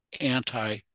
anti